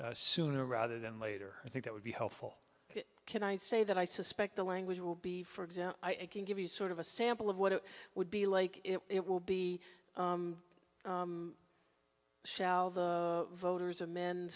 sooner rather than later i think that would be helpful can i say that i suspect the language will be for example i can give you sort of a sample of what it would be like it will be shelved voters amend